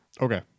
Okay